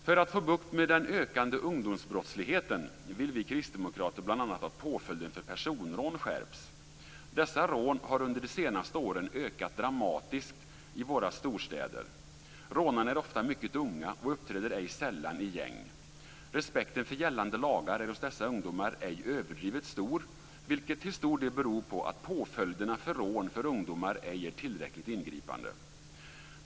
För att få bukt med den ökande ungdomsbrottsligheten vill vi kristdemokrater bl.a. att påföljden för personrån skärps. Dessa rån har under de senaste åren ökat dramatiskt i våra storstäder. Rånarna är ofta mycket unga och uppträder ej sällan i gäng. Respekten för gällande lagar är hos dessa ungdomar ej överdrivet stor, vilket till stor del beror på att påföljderna för rån för ungdomar ej är tillräckligt ingripande.